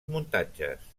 muntatges